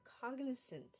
cognizant